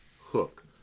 Hook